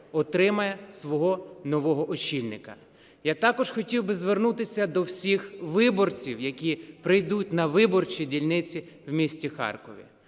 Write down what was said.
отримає свого нового очільника. Я також хотів би звернутися до всіх виборців, які прийдуть на виборчі дільниці в місті Харкові.